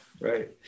Right